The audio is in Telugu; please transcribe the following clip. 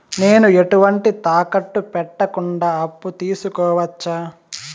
నేను ఎటువంటి తాకట్టు పెట్టకుండా అప్పు తీసుకోవచ్చా?